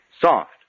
soft